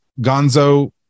gonzo